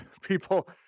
people